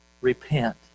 Repent